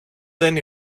δεν